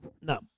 No